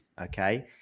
Okay